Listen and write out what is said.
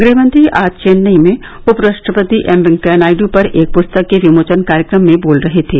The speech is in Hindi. गृहमंत्री आज चेन्नई में उपराष्ट्रपति एम वेंकैया नायडू पर एक पुस्तक के विमोचन कार्यक्रम में बोल रहे थे